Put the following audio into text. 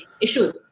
issue